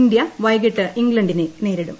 India വൈകിട്ട് ഇംഗ്ലണ്ടിനെ നേരിടും